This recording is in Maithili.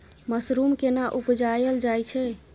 मसरूम केना उबजाबल जाय छै?